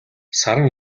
саран